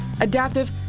adaptive